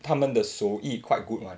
他们的手艺 quite good [one]